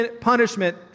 punishment